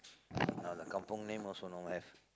now the kampung name also no have